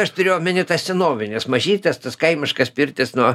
aš turėjau omeny tas senovines mažytes tas kaimiškas pirtis nuo